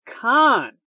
Con